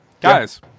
Guys